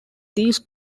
these